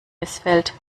missfällt